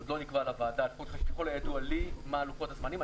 עוד לא נקבעו לוועדה, ככל הידוע לי, לוחות הזמנים.